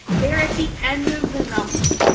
they're at the end of the number,